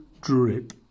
drip